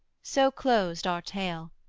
so closed our tale,